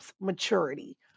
Maturity